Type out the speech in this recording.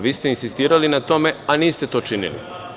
Vi ste insistirali na tome, a niste to činili.